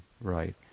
right